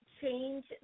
change